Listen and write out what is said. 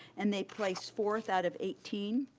and they placed fourth out of eighteen,